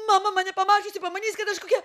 mama mane pamačiusi pamanys kad aš kokia